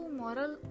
moral